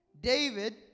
David